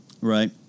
Right